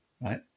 right